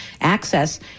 access